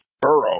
Burrow